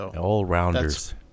All-rounders